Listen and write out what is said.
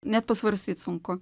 net pasvarstyt sunku